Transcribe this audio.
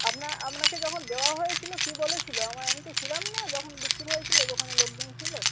আপনার আপনাকে যখন দেওয়া হয়েছিলো কী বলেছিলো আমার আমি তো ছিলাম না যখন বিক্রি হয়েছিলো দোকানে লোকজন ছিলো